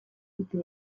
ditu